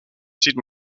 zieht